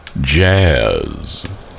Jazz